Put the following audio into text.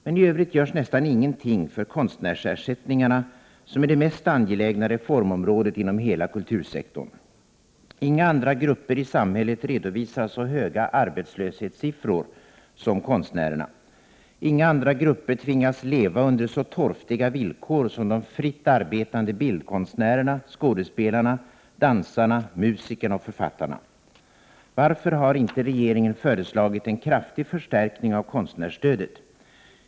Men i övrigt görs nästan ingenting för konstnärsersättningarna, som är det mest angelägna reformområdet inom hela kultursektorn. Inga andra grupper i samhället redovisar så höga arbetslöshetssiffor som konstnärerna. Inga andra grupper tvingas leva under så torftiga villkor som de fritt arbetande bildkonstnärerna, skådespelarna, dansarna, musikerna och författarna. Varför har inte regeringen föreslagit en kraftig förstärkning av konstnärsstödet?